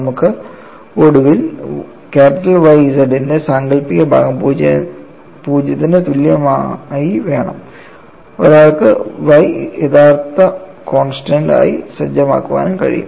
നമുക്ക് ഒടുവിൽ Y z ന്റെ സാങ്കൽപ്പിക ഭാഗം 0 ന് തുല്യമായി വേണം ഒരാൾക്ക് Y യഥാർത്ഥ കോൺസ്റ്റൻസ് ആയി സജ്ജമാക്കാനും കഴിയും